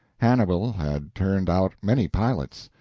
hannibal had turned out many pilots.